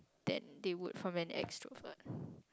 than they would from an extrovert